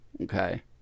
Okay